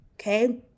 Okay